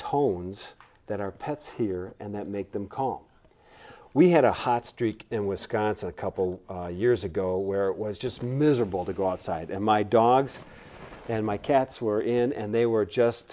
tones that are pets here and that make them kong we had a hot streak in wisconsin a couple years ago where it was just miserable to go outside and my dogs and my cats were in and they were just